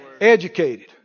educated